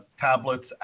tablets